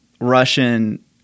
Russian